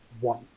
one